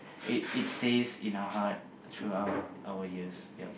it it stays in our heart throughout our years